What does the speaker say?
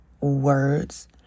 words